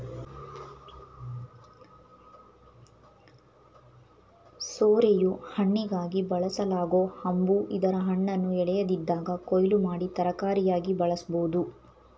ಸೋರೆಯು ಹಣ್ಣಿಗಾಗಿ ಬೆಳೆಸಲಾಗೊ ಹಂಬು ಇದರ ಹಣ್ಣನ್ನು ಎಳೆಯದಿದ್ದಾಗ ಕೊಯ್ಲು ಮಾಡಿ ತರಕಾರಿಯಾಗಿ ಬಳಸ್ಬೋದು